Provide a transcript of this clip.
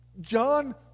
John